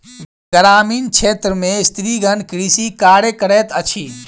ग्रामीण क्षेत्र में स्त्रीगण कृषि कार्य करैत अछि